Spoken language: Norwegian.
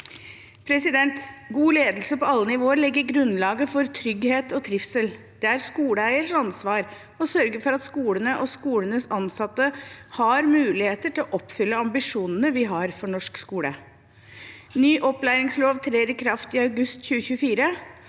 God ledelse på alle nivåer legger grunnlaget for trygghet og trivsel. Det er skoleeiers ansvar å sørge for at skolene og skolenes ansatte har muligheter til å oppfylle ambisjonene vi har for norsk skole. Ny opplæringslov trer i kraft i august 2024.